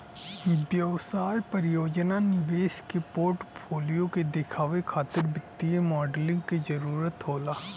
व्यवसाय परियोजना निवेश के पोर्टफोलियो के देखावे खातिर वित्तीय मॉडलिंग क जरुरत होला